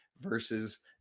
versus